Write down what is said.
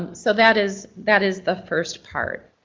so that is that is the first part,